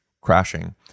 crashing